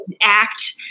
act